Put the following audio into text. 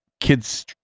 kids